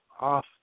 off